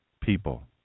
people